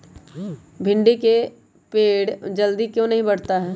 भिंडी का पेड़ जल्दी क्यों नहीं बढ़ता हैं?